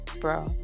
bro